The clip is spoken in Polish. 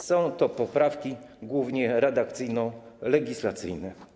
Są to poprawki głównie redakcyjno-legislacyjne.